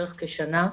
בערך כשנה,